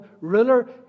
ruler